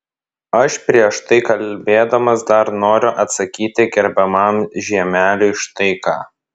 aš prieš tai kalbėdamas dar noriu atsakyti gerbiamam žiemeliui štai ką